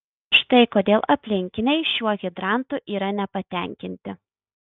štai kodėl aplinkiniai šiuo hidrantu yra nepatenkinti